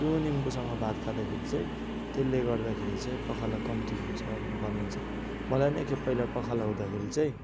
त्यो निम्बुसँग भात खाँदाखेरि चाहिँ त्यसले गर्दाखेरि चाहिँ पखाला कम्ती हुन्छ भनेर भनिन्छ मलाई एक खेप पहिला पखाला हुँदाखेरि चाहिँ